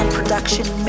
production